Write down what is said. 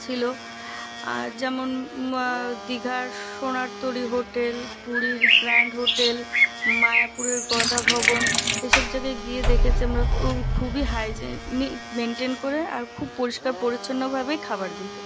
ছিলো যেমন দীঘার সোনার তরী হোটেল পুরীর গ্র্যান্ড হোটেল মায়াপুরের গদাভবন এসব জায়গায় গিয়ে দেখেছে আমরা খুবই হাইজেনিক মেনটেন করে আর খুব পরিষ্কার পরিচ্ছন্নভাবে খাবার দিতো